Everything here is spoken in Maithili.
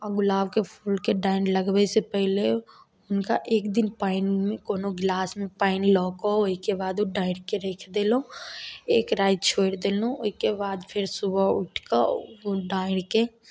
आओर गुलाबके फूलके ठाढ़ि लगबऽसँ पहिले हुनका एक दिन पानिमे कोनो गिलासमे पानिलऽ कऽ ओइके बाद ओ डाढ़िके राखि देलहुँ एक राति छोड़ि देलहुँ ओइके बाद फेर सुबह उठिकऽ ओ ठाढ़िके